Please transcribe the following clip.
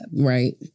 Right